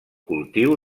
cultiu